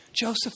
Joseph